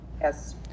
Yes